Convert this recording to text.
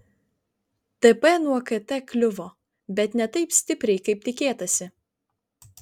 dp nuo kt kliuvo bet ne taip stipriai kaip tikėtasi